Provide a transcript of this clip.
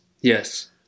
Yes